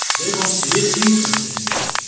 they weren't really interested in this.